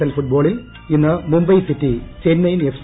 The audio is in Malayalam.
എൽ ഫുട്ബോളിൽ ഇന്ന് മുംബൈ സിറ്റി ചെന്നൈയിൻ എഫ്